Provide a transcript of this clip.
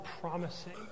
promising